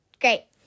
great